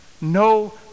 No